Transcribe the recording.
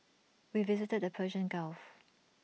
we visited the Persian gulf